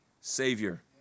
Savior